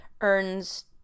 earns